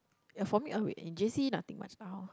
yeah for me oh wait in J_C nothing much lah hor